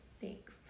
Thanks